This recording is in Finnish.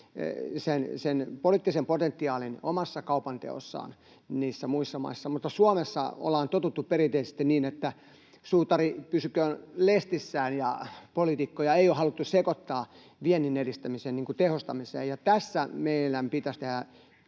sen poliittisen potentiaalin omassa kaupanteossaan niissä muissa maissa, mutta Suomessa ollaan totuttu perinteisesti siihen, että suutari pysyköön lestissään ja poliitikkoja ei ole haluttu sekoittaa viennin edistämisen tehostamiseen. Tässä meidän pitäisi tehdä